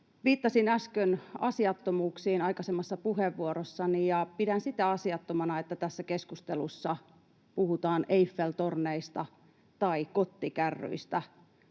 Viittasin äsken asiattomuuksiin, aikaisemmassa puheenvuorossani, ja pidän sitä asiattomana, että tässä keskustelussa puhutaan Eiffel-torneista tai kottikärryistä,